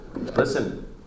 listen